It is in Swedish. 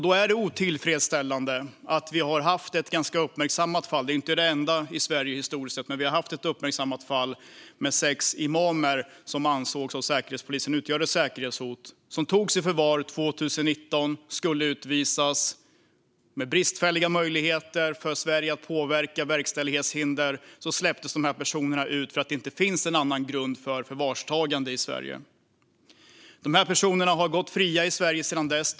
Då är det otillfredsställande att vi har haft ett ganska uppmärksammat fall - det är inte det enda i Sverige historiskt sett - med sex imamer som av Säkerhetspolisen ansågs utgöra ett säkerhetshot. De togs i förvar 2019 och skulle utvisas. Med bristfälliga möjligheter för Sverige att påverka verkställighetshinder släpptes dessa personer ut för att det inte finns någon annan grund för förvarstagande i Sverige. Dessa personer har gått fria i Sverige sedan dess.